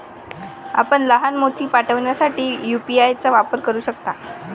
आपण लहान मोती पाठविण्यासाठी यू.पी.आय वापरू शकता